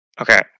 Okay